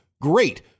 great